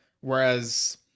whereas